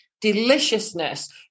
deliciousness